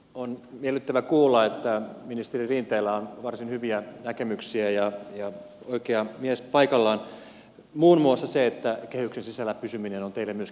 on miellyttävä kuulla että ministeri rinteellä on varsin hyviä näkemyksiä oikea mies paikallaan muun muassa se että kehyksen sisällä pysyminen on teille myöskin tärkeä asia